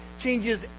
changes